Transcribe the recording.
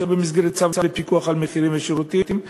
שלא במסגרת צו לפיקוח על מחירים ושירותים,